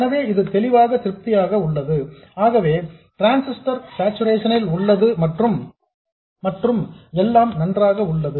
எனவே இது தெளிவாக திருப்தியாக உள்ளது ஆகவே டிரான்சிஸ்டர் சார்சுரேஷன் ல் உள்ளது மற்றும் எல்லாம் நன்றாக உள்ளது